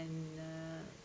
and uh